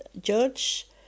judge